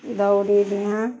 ଦଉଡ଼ି ଡିଆଁ